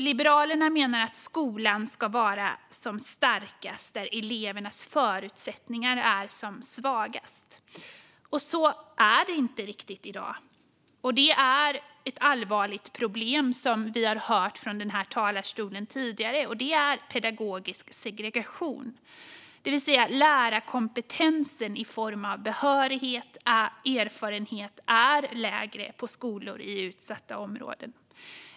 Liberalerna menar att skolan ska vara som starkast där elevernas förutsättningar är som svagast. Så är det inte riktigt i dag. Ett allvarligt problem, som vi har hört om från den här talarstolen tidigare, är pedagogisk segregation, det vill säga lärarkompetensen i form av behörighet och erfarenhet är lägre på skolor i utsatta områden.